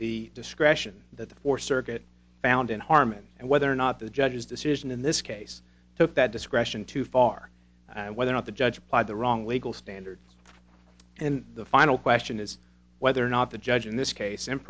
the discretion that the fourth circuit found in harman and whether or not the judge's decision in this case took that discretion too far and whether or not the judge applied the wrong legal standard and the final question is whether or not the judge in this case